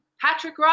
Patrick